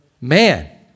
man